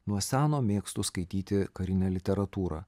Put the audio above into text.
nuo seno mėgstu skaityti karinę literatūrą